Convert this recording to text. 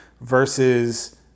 versus